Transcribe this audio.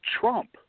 Trump